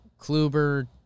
Kluber